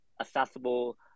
accessible